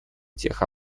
тех